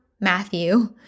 Matthew